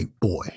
boy